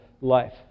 life